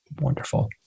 Wonderful